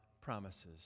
promises